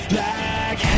Black